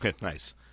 nice